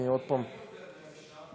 אני עובר דרך שם,